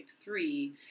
three